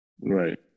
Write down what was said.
Right